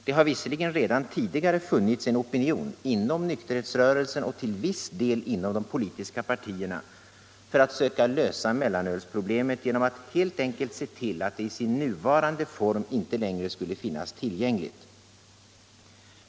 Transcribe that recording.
Det har visserligen redan tidigare funnits en opinion — inom nykterhetsrörelsen och till viss del inom de politiska partierna — för att söka lösa mellanölsproblemet genom att helt enkelt se till att det i sin nuvarande form inte längre skulle finnas tillgängligt.